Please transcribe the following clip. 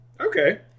okay